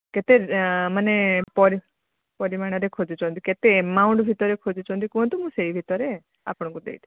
କେତେ ମାନେ ପରିମାଣରେ ଖୋଜୁଛନ୍ତି କେତେ ଏମାଉଣ୍ଟ ଭିତରେ ଖୋଜୁଛନ୍ତି କୁହନ୍ତୁ ସେଇ ଭିତରେ ଆପଣଙ୍କୁ ଦେଇଦେବି